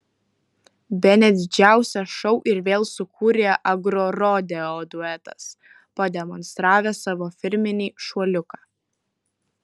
bene didžiausią šou ir vėl sukūrė agrorodeo duetas pademonstravęs savo firminį šuoliuką